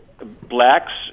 Blacks